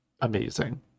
amazing